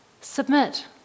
submit